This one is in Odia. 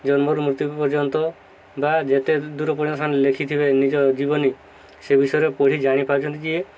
ଜନ୍ମରୁ ମୃତ୍ୟୁ ପର୍ଯ୍ୟନ୍ତ ବା ଯେତେ ଦୂର ପର୍ଯ୍ୟନ୍ତ ସେମାନେ ଲେଖିଥିବେ ନିଜ ଜୀବନୀ ସେ ବିଷୟରେ ପଢ଼ି ଜାଣିପାରୁଛନ୍ତି ଯିଏ